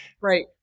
Right